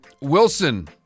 Wilson